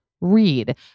read